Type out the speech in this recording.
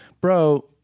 Bro